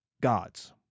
gods